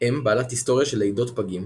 אם בעלת היסטוריה של לידות פגים,